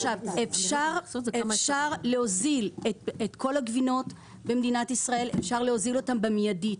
אפשר להוזיל את כל הגבינות במדינת ישראל במיידית,